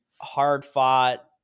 hard-fought